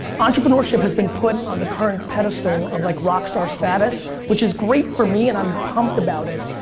entrepreneurship has been put on the current pedestal of like rockstar status, which is great for me and i'm pumped about it.